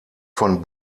von